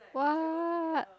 what